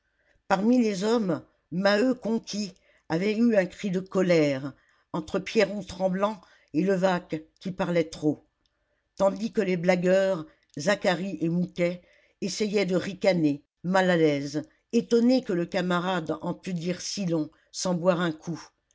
parmi les hommes maheu conquis avait eu un cri de colère entre pierron tremblant et levaque qui parlait trop tandis que les blagueurs zacharie et mouquet essayaient de ricaner mal à l'aise étonnés que le camarade en pût dire si long sans boire un coup